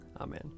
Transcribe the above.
Amen